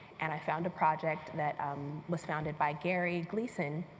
and i found a project that um was founded by gary gleason,